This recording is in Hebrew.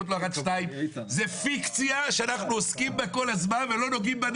זו פיקציה שאנחנו עוסקים בה כל הזמן ולא נוגעים בה,